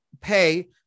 pay